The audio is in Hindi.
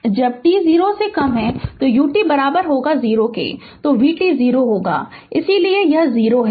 तो जब t 0 से कम ut 0 तो vt 0 होगा इसलिए यह 0 है